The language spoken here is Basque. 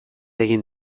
egin